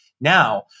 Now